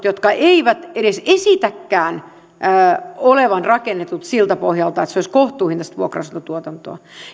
jotka eivät edes esitäkään olevan rakennetut siltä pohjalta että se olisi kohtuuhintaista vuokra asuntotuotantoa